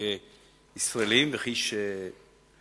כישראלים וכמי